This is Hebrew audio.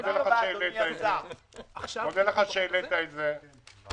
אני מודה לך שהעלית את זה וזה